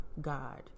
God